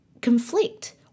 conflict